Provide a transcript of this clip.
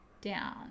down